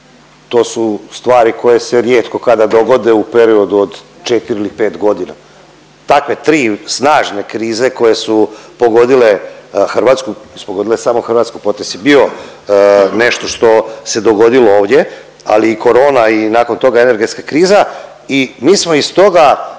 to su stvari koje se rijetko kada dogode u periodu od 4 ili 5 godina. Takve tri snažne krize koje su pogodile Hrvatsku, nisu pogodile samo Hrvatsku. Potres je bio nešto što se dogodilo ovdje ali i Corona i nakon toga energetska kriza i mi smo iz toga